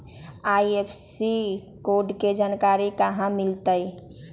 IFSC code के जानकारी कहा मिलतई